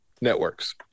networks